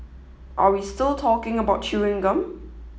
are we still talking about chewing gum